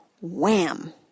Wham